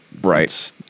right